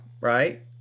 right